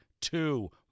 two